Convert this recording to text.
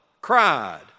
cried